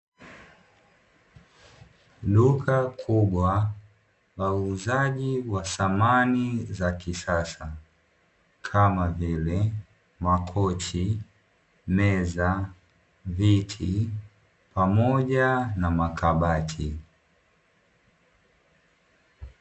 Duka kubwa la uuzaji wa thamani za kisasa kama vile makochi, meza ,viti pamoja na makabati.